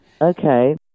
Okay